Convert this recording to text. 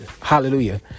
Hallelujah